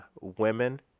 women